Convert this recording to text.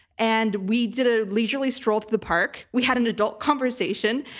and we did a leisurely stroll through the park. we had an adult conversation,